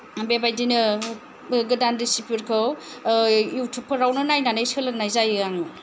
बेबायदिनो गोदान रेसिपिफोरखौ युटुबफोरावनो नायनानै सोलोंनाय जायो आङो